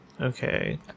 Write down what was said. Okay